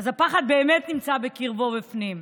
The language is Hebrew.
הפחד באמת נמצא בקרבו, בפנים.